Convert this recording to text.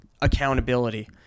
accountability